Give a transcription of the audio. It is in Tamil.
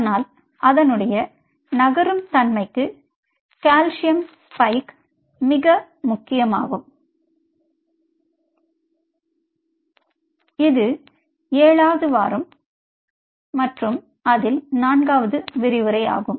ஆனால் அதனுடைய நகரும் தன்மைக்கு கால்சியம் ஸ்பீக்கே மிக முக்கியம் எனவே இது 7வது வாரம் மற்றும் 4வது விரிவுரை ஆகும்